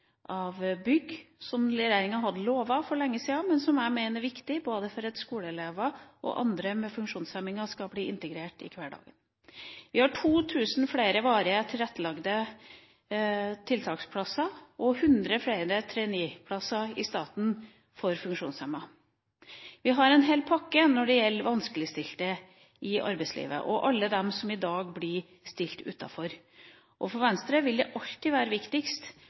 bygg – som regjeringa hadde lovet for lenge siden – som jeg mener er viktig for at både skoleelever og andre med funksjonshemninger skal bli integrert i hverdagen. Vi har 2 000 flere varig tilrettelagte tiltaksplasser og 100 flere trainee-plasser i staten for funksjonshemmede. Vi har en hel pakke når det gjelder vanskeligstilte i arbeidslivet og alle dem som i dag blir stilt utenfor, og for Venstre vil det alltid være viktigst